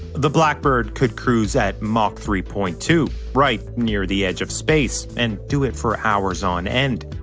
the blackbird could cruise at mach three point two right near the edge of space, and do it for hours on end.